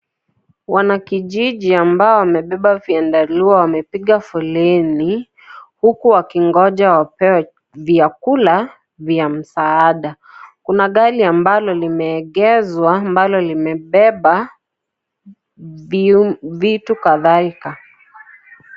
Wanakijiji ambao wamebeba viandarua wamepiga foleni, huku wakingoja wapewe vyakula vya msaada, kuna gari ambalo limeegezwa, ambalo limebeba vitu kadhalika.